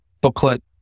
booklet